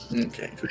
Okay